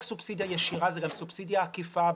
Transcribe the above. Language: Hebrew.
סובסידיה ישירה אלא זאת גם סובסידיה עקיפה,